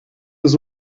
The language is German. ist